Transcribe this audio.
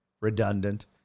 redundant